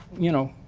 you know,